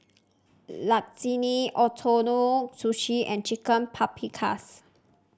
Lasagne Ootoro Sushi and Chicken Paprikas